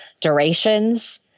durations